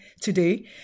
today